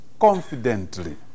confidently